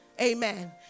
Amen